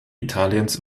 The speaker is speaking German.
italiens